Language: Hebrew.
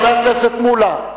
חבר הכנסת מולה,